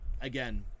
again